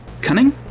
cunning